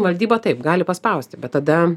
valdyba taip gali paspausti bet tada